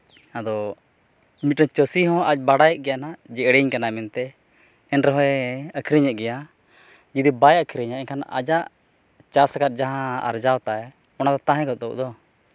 ᱟᱫᱚ ᱢᱤᱫᱴᱮᱡᱽ ᱪᱟᱹᱥᱤ ᱦᱚᱸ ᱟᱡᱽ ᱵᱟᱰᱟᱭᱮᱫ ᱜᱮᱭᱟᱭ ᱦᱟᱸᱜ ᱡᱮ ᱮᱲᱮᱧ ᱠᱟᱱᱟᱭ ᱢᱮᱱᱛᱮ ᱮᱱ ᱨᱮᱦᱚᱸᱭ ᱟᱹᱠᱷᱨᱤᱧᱮᱫ ᱜᱮᱭᱟ ᱡᱩᱫᱤ ᱵᱟᱭ ᱟᱹᱠᱷᱨᱤᱧᱟ ᱮᱱᱠᱷᱟᱱ ᱟᱡᱟᱜ ᱪᱟᱥ ᱟᱠᱟᱫ ᱡᱟᱦᱟᱸ ᱟᱨᱡᱟᱣ ᱛᱟᱭ ᱚᱱᱟ ᱫᱚ ᱛᱟᱦᱮᱸ ᱜᱚᱫᱚᱜ ᱫᱚ